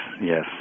yes